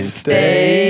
stay